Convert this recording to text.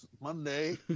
Monday